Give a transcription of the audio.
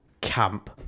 camp